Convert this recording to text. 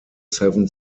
seven